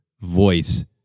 voice